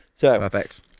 Perfect